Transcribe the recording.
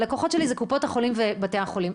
הלקוחות שלי אלה קופות החולים ובתי החולים.